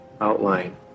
outline